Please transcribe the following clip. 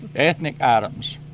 ethnic items,